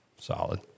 Solid